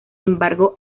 embargo